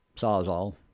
sawzall